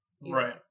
right